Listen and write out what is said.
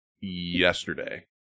yesterday